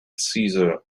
cesar